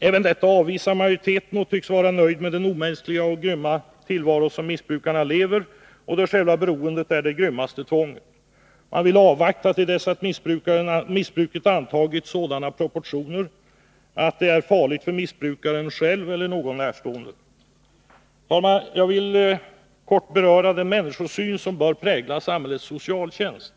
Även detta avvisar majoriteten, och man tycks vara nöjd med den omänskliga och grymma tillvaro som missbrukarna lever i och där själva beroendet är det grymmaste tvånget. Man vill avvakta till dess att missbruket antagit sådana proportioner att det är farligt för missbrukaren själv eller någon närstående. Fru talman! Jag vill kort beröra den människosyn som bör prägla samhällets socialtjänst.